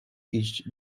iść